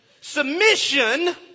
Submission